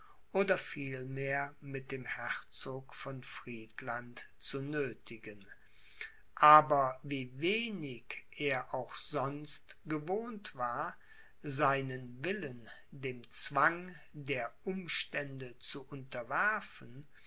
oder vielmehr mit dem herzog von friedland zu nöthigen aber wie wenig er auch sonst gewohnt war seinen willen dem zwang der umstände zu unterwerfen